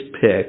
pick